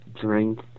drink